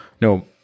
no